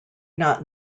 not